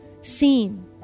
seen